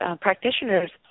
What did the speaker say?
practitioners